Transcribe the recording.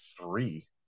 three